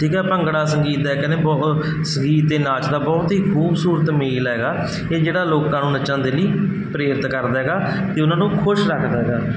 ਠੀਕ ਹੈ ਭੰਗੜਾ ਸੰਗੀਤ ਦਾ ਇੱਕ ਕਹਿੰਦੇ ਬਹੁਤ ਸੰਗੀਤ ਅਤੇ ਨਾਚ ਦਾ ਬਹੁਤ ਹੀ ਖੂਬਸੂਰਤ ਮੇਲ ਹੈਗਾ ਇਹ ਜਿਹੜਾ ਲੋਕਾਂ ਨੂੰ ਨੱਚਣ ਦੇ ਲਈ ਪ੍ਰੇਰਿਤ ਕਰਦਾ ਹੈਗਾ ਅਤੇ ਉਹਨਾਂ ਨੂੰ ਖੁਸ਼ ਰੱਖਦਾ ਹੈਗਾ